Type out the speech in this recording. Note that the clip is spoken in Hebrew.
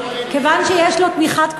כיוון שיש לו תמיכת קואליציה,